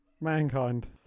Mankind